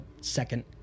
second